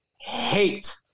hate